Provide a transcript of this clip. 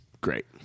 great